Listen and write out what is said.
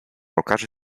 okaże